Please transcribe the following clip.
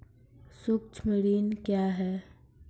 सुक्ष्म ऋण क्या हैं?